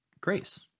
grace